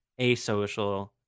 asocial